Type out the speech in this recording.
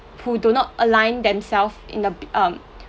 who do not align themselves in the um